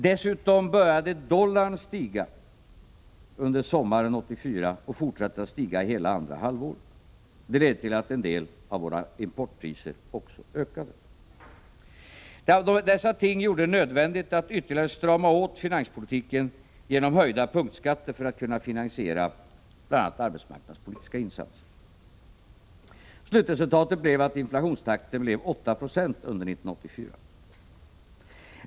Dessutom började dollarn stiga under sommaren 1984 och fortsatte att stiga hela andra halvåret. Det ledde till att en del av våra importpriser ökade. Dessa ting gjorde det nödvändigt att ytterligare strama åt finanspolitiken genom höjda punktskatter för att man skulle kunna finansiera bl.a. arbetsmarknadspolitiska insatser. Slutresultatet blev att inflationstakten blev 8 96 under 1984.